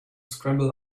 scramble